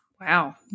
Wow